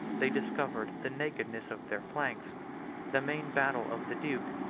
they discovered the nakedness of their flanks the main battle of the duke,